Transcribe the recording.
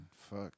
Fuck